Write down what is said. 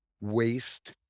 waste